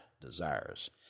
desires